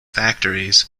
factories